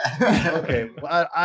okay